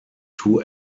two